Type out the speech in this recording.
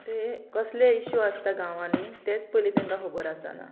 ते कसले इशू आसता गांवांनी तेच पयली तांकां खबर आसना